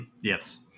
Yes